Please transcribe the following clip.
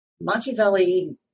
Machiavelli